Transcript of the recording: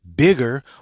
Bigger